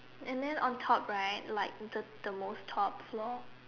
and then on top right like the the most top floor